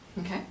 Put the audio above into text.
okay